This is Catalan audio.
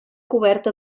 coberta